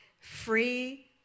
Free